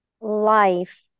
life